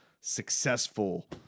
successful